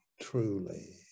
Truly